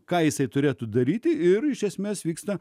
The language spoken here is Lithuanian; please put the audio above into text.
ką jisai turėtų daryti ir iš esmės vyksta